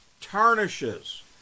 tarnishes